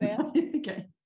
Okay